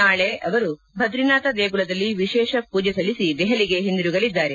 ನಾಳೆ ಅವರು ಭದ್ರಿನಾಥ ದೇಗುಲದಲ್ಲಿ ವಿಶೇಷ ಪೂಜೆ ಸಲ್ಲಿಸಿ ದೆಹಲಿಗೆ ಹಿಂದಿರುಗಲಿದ್ದಾರೆ